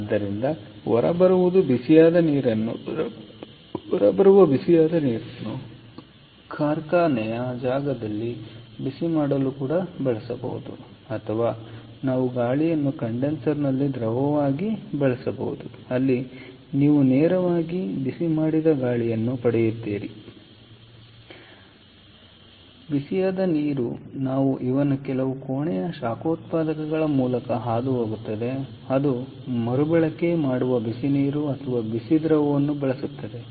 ಆದ್ದರಿಂದ ಹೊರಬರುವುದು ಬಿಸಿಯಾದ ನೀರನ್ನು ಕಾರ್ಖಾನೆಯ ಜಾಗವನ್ನು ಬಿಸಿಮಾಡಲು ಬಳಸಬಹುದು ಅಥವಾ ನಾವು ಗಾಳಿಯನ್ನು ಕಂಡೆನ್ಸರ್ನಲ್ಲಿ ದ್ರವವಾಗಿ ಬಳಸಬಹುದು ಅಲ್ಲಿ ನೀವು ನೇರವಾಗಿ ಬಿಸಿಮಾಡಿದ ಗಾಳಿಯನ್ನು ಪಡೆಯುತ್ತೀರಿ ಅದನ್ನು ನಾವು ನೇರವಾಗಿ ಕಾರ್ಖಾನೆಯ ನೆಲಕ್ಕೆ ಒದಗಿಸಬಹುದು ಬಿಸಿಯಾದ ನೀರು ನಾವು ಇದನ್ನು ಕೆಲವು ಕೋಣೆಯ ಶಾಖೋತ್ಪಾದಕಗಳ ಮೂಲಕ ಹಾದುಹೋಗುತ್ತೇವೆ ಅದು ಮರುಬಳಕೆ ಮಾಡುವ ಬಿಸಿನೀರು ಅಥವಾ ಬಿಸಿ ದ್ರವವನ್ನು ಬಳಸುತ್ತದೆ